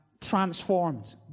transformed